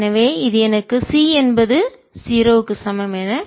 எனவே இது எனக்கு c என்பது 0 க்கு சமம் என கிடைக்கிறது